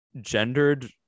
gendered